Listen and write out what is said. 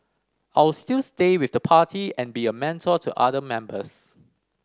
I'll still stay with the party and be a mentor to other members